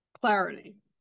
clarity